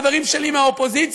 אדוני,